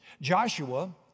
Joshua